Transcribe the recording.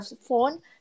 phone